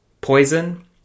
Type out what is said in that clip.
poison